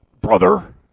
brother